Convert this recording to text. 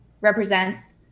represents